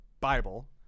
Bible